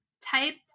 Type